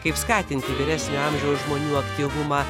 kaip skatinti vyresnio amžiaus žmonių aktyvumą